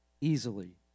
easily